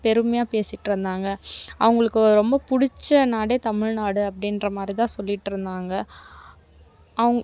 பெருமையாக பேசிகிட்ருந்தாங்க அவங்களுக்கு ரொம்ப பிடிச்ச நாடே தமிழ்நாடு அப்படின்ற மாதிரிதான் சொல்லிகிட்டு இருந்தாங்கள் அவுங்க